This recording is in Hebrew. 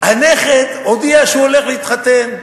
הנכד הודיע שהוא הולך להתחתן.